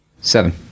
Seven